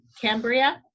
Cambria